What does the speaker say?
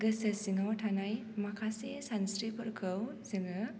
गोसो सिङाव थानाय माखासे सानस्रिफोरखौ जोङो